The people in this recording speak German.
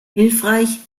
hilfreich